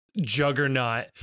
juggernaut